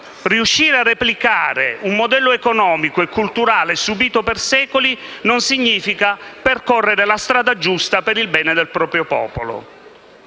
riuscire a replicare un modello economico e culturale subito per secoli non significa percorrere la strada giusta per il bene del proprio popolo.